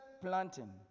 planting